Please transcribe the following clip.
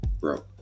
Bro